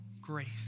grace